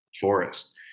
Forest